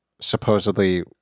supposedly